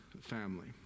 family